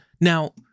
now